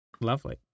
Lovely